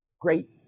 great